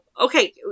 Okay